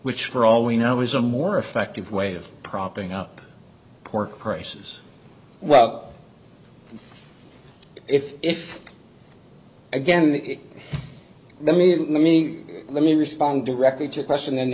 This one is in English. which for all we know is a more effective way of propping up pork prices well if again let me let me let me respond directly to a question and